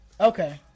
okay